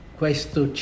questo